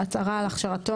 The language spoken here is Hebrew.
2. הצהרה על הכשרתו,